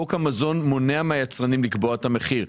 חוק המזון מונע מהיצרנים לקבוע את המחיר.